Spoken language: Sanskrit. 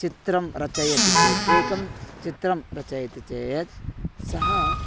चित्रं रचयति चेत् एकं चित्रं रचयति चेत् सः